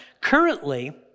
Currently